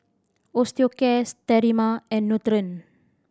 Osteocare Sterimar and Nutren